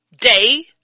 day